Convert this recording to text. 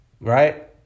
right